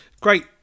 great